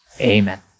amen